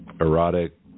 Erotic